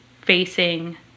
facing